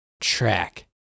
track